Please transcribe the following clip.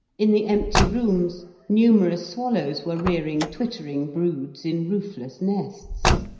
in the empty rooms numerous swallows were rearing twittering broods in roofless nests.